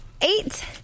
eight